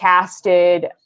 casted